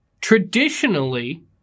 traditionally